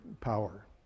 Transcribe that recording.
power